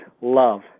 love